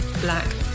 black